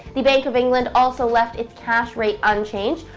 the bank of england also left its cash rate unchanged,